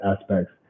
aspects